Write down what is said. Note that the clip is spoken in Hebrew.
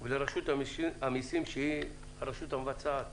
ולרשות המסים שהיא הרשות המבצעת,